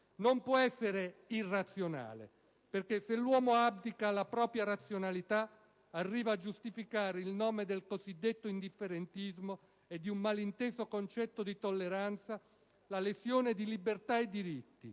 non può essere irrazionale, perché se l'uomo abdica alla propria razionalità arriva a giustificare in nome del cosiddetto indifferentismo e di un malinteso concetto di tolleranza la lesione di libertà e diritti